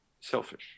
selfish